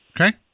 Okay